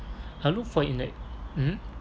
I look for in a mmhmm